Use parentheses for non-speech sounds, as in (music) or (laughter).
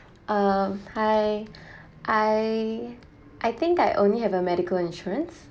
err hi (breath) I I think I only have a medical insurance